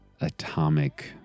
atomic